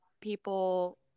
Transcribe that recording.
people